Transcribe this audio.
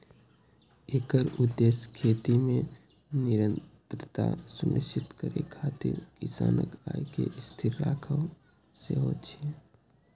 एकर उद्देश्य खेती मे निरंतरता सुनिश्चित करै खातिर किसानक आय कें स्थिर राखब सेहो छै